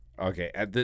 Okay